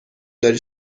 داری